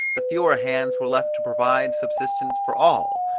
the fewer hands were left to provide subsistence for all,